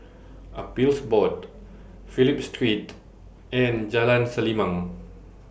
Appeals Board Phillip Street and Jalan Selimang